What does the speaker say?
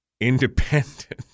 independent